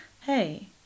hey